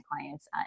clients